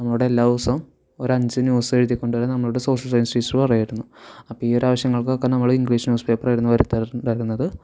നമ്മളോട് എല്ലാ ദിവസവും ഒരഞ്ച് ന്യൂസ് എഴുതികൊണ്ടു വരാൻ നമ്മളോട് സോഷ്യൽ സയൻസ് ടീച്ചർ പറയുമായിരുന്നു അപ്പം ഈ ഒരു ആവശ്യങ്ങൾക്കൊക്കെ നമ്മൾ ഇംഗ്ലീഷ് ന്യൂസ് പേപ്പർ വരുത്താറുണ്ടായിരുന്നത്